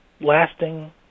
lasting